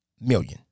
million